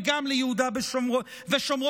וגם ביהודה ושומרון,